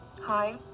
Hi